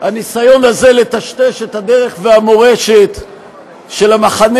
הניסיון הזה לטשטש את הדרך והמורשת של המחנה